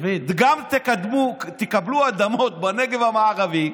גם תקבלו אדמות בנגב המערבי,